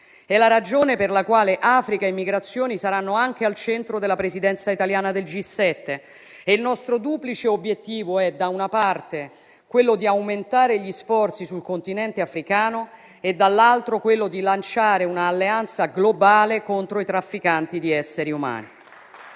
È la ragione per la quale Africa e migrazioni saranno anche al centro della Presidenza italiana del G7 e il nostro duplice obiettivo è, da una parte, quello di aumentare gli sforzi sul Continente africano e, dall'altra, quello di lanciare un'alleanza globale contro i trafficanti di esseri umani.